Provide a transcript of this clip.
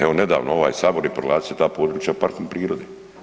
Evo, nedavno ovaj Sabor je proglasio ta područja parkom prirode.